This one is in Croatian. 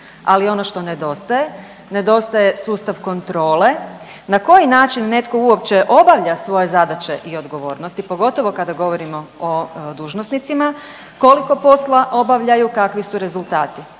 Ali, ono što nedostaje, nedostaje sustav kontrole, na koji način netko uopće obavlja svoje zadaće i odgovornosti, pogotovo kada govorimo o dužnosnicima, koliko posla obavljaju, kakvi su rezultati,